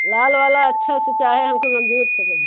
लाल वाला अच्छा से चाहें हमको मज़बूत होगी